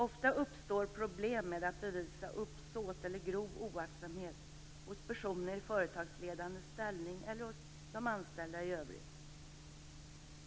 Ofta uppstår problem med att bevisa uppsåt eller grov oaktsamhet hos personer i företagsledande ställning eller hos de anställda i övrigt.